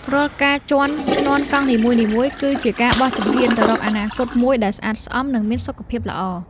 រាល់ការជាន់ឈ្នាន់កង់នីមួយៗ គឺជាការបោះជំហានទៅរកអនាគតមួយដែលស្អាតស្អំ និងមានសុខភាពល្អ។